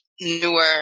newer